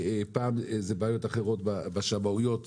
פעם זה בעיות בשמאויות וכו'.